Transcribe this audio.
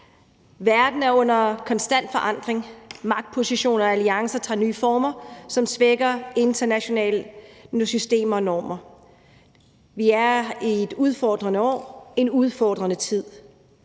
Verden er under konstant forandring. Magtpositioner og alliancer tager nye former, som svækker internationale systemer og normer. Vi er i et udfordrende år i en udfordrende tid,